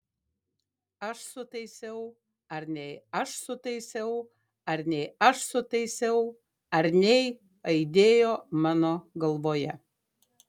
aš sutaisiau ar nei aš sutaisiau ar nei aš sutaisiau ar nei aidėjo mano galvoje